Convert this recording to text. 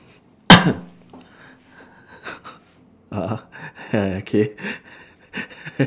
K